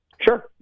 Sure